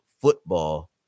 football